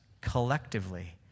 collectively